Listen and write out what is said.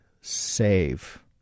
save